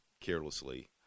carelessly